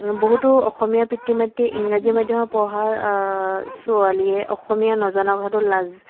বহুতো অসমীয়া পিতৃ মাতৃ ইংৰাজী মাধ্যমত পঢ়া ছোৱালীয়ে অসমীয়া নজনা কথাটো লাজ